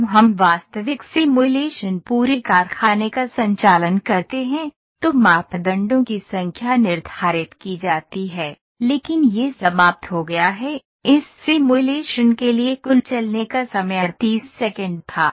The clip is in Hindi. जब हम वास्तविक सिमुलेशन पूरे कारखाने का संचालन करते हैं तो मापदंडों की संख्या निर्धारित की जाती है लेकिन यह समाप्त हो गया है इस सिमुलेशन के लिए कुल चलने का समय 38 सेकंड था